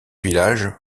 village